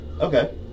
Okay